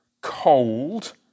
cold